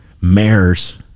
mares